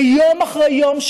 ויום אחרי יום,